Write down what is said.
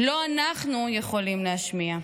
לא אנחנו יכולים להשמיע במליאה.